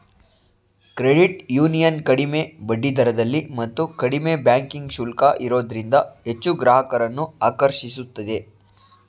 credit union ಕಡಿಮೆ ಬಡ್ಡಿದರದಲ್ಲಿ ಮತ್ತು ಕಡಿಮೆ ಬ್ಯಾಂಕಿಂಗ್ ಶುಲ್ಕ ಇರೋದ್ರಿಂದ ಹೆಚ್ಚು ಗ್ರಾಹಕರನ್ನು ಆಕರ್ಷಿಸುತ್ತಿದೆ